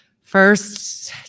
first